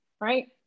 right